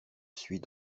suis